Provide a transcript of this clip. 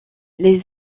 les